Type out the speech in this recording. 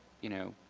you know,